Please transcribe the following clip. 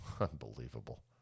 unbelievable